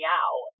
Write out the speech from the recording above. out